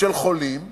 של חולים.